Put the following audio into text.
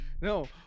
no